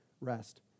rest